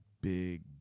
big